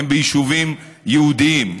הן ביישובים יהודיים,